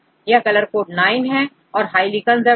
यह colour code 9 है और हाईली कंजर्व्ड है